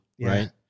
right